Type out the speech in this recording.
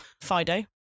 Fido